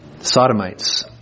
Sodomites